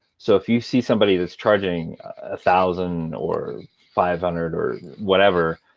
so if you see somebody that's charging thousand, or five hundred, or whatever,